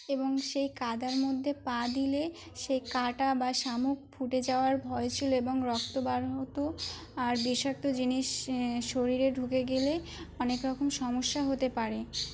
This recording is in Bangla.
এবং সেই কাদার মধ্যে পা দিলে সেই কাঁটা বা শামুক ফুটে যাওয়ার ভয় ছিল এবং রক্ত বাড় হতো আর বিষাক্ত জিনিস শরীরে ঢুকে গেলে অনেক রকম সমস্যা হতে পারে